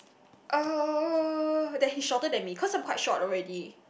uh that he's shorter than me cause I'm quite short already